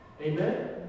Amen